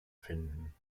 finden